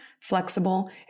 flexible